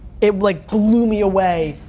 it, like, blew me away,